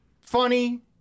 funny